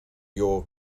your